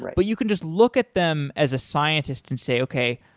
but you can just look at them as a scientist and say, okay,